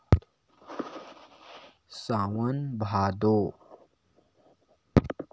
सावन भादो